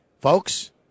Folks